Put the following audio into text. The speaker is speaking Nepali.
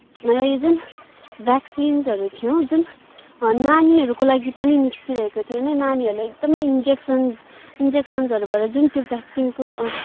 र यो जुन भ्याक्सिन्सहरू थियो जुन नानीहरूको लागि पनि निस्किरहेको थियो होइन नानीहरूलाई एकदमै इन्जेक्सन्स इन्जेक्सनहरूबाट जुन त्यो भ्याक्सिनको